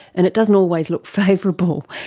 and it doesn't always look favourable.